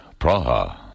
Praha